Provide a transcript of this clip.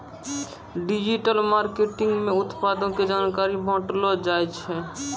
digital marketing मे उत्पादो के जानकारी बांटलो जाय छै